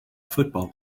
football